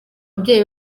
ababyeyi